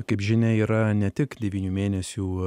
kaip žinia yra ne tik devynių mėnesių